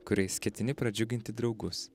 kuriais ketini pradžiuginti draugus